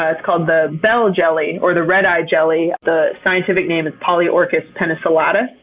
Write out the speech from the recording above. ah it's called the bell jelly, or the redeye jelly. the scientific name is polyorchis penicillatus.